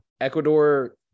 Ecuador